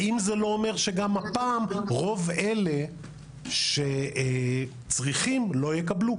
האם זה לא אומר שגם הפעם רוב אלה שצריכים לא יקבלו?